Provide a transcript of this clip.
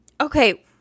Okay